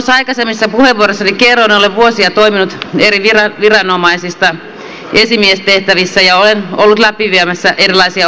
kuten tuossa aikaisemmassa puheenvuorossani kerroin olen vuosia toiminut eri viranomaisissa esimiestehtävissä ja olen ollut viemässä läpi erilaisia organisaatiomuutoksia